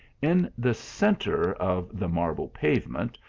in the centre of the marble pavement,